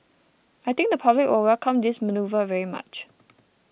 I think the public will welcome this manoeuvre very much